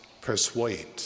persuade